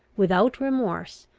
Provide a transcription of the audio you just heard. without remorse,